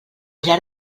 llarg